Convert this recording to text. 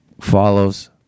follows